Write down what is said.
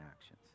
actions